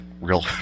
real